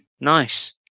Nice